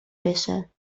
بشه